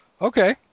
Okay